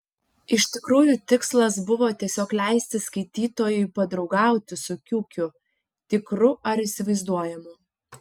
iš tikrųjų tikslas buvo tiesiog leisti skaitytojui padraugauti su kiukiu tikru ar įsivaizduojamu